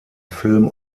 film